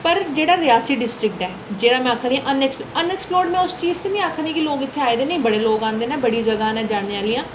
साढ़ा जेह्ड़ा रियासी डिस्ट्रिक ऐ जेह्ड़ा में आखै निं आं अन अनऐक्प्लोसरड अनऐक्सप्लोरड में उस चीज गी निं आखै निं ऐ कि इत्थै लोक आए दे निं इत्थै बड़े लोक औंदे न बड़ियां जगह्ं न जानने आह्लियां